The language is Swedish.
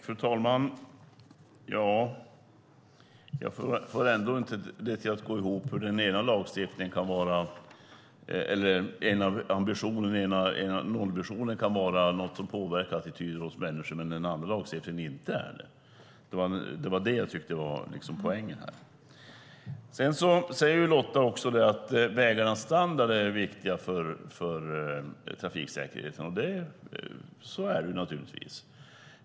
Fru talman! Jag får det ändå inte att gå ihop. Hur kan ambitionen i nollvisionen vara något som påverkar attityder hos människor medan den andra lagstiftningen inte är det? Det var det jag tyckte var poängen här. Lotta säger att vägarnas standard är viktig för trafiksäkerheten. Så är det naturligtvis.